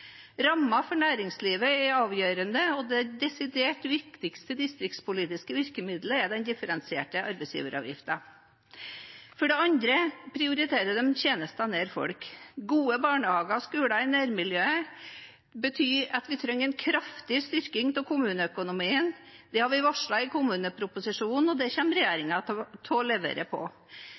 for næringslivet er avgjørende, og det desidert viktigste distriktspolitiske virkemiddelet er den differensierte arbeidsgiveravgiften. For det andre prioriterer de tjenester nær folk. For å sikre gode barnehager og skoler i nærmiljøet trengs det en kraftig styrking av kommuneøkonomien. Det har vi varslet i kommuneproposisjonen, og det kommer regjeringen til å levere på.